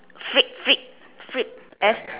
flip flip flip F